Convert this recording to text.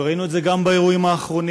וראינו את זה גם באירועים האחרונים,